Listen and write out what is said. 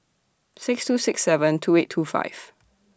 six two six seven two eight two five